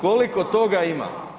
Koliko toga ima?